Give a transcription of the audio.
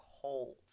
cold